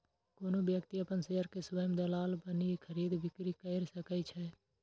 कोनो व्यक्ति अपन शेयर के स्वयं दलाल बनि खरीद, बिक्री कैर सकै छै